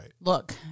look